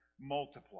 multiply